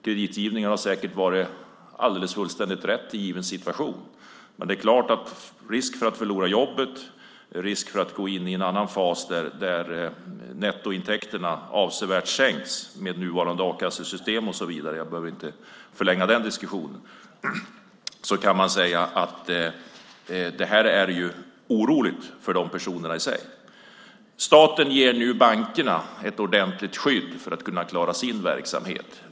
Kreditgivningen har säkert varit alldeles riktig i varje given situation. För dem som riskerar att förlora jobbet och gå in en annan fas där nettointäkterna avsevärt sänks, med tanke på nuvarande a-kassesystem och så vidare - jag behöver inte förlänga den diskussionen - är det dock klart att det blir oroligt. Staten ger nu bankerna ett ordentligt skydd för att de ska kunna klara sin verksamhet.